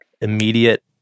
immediate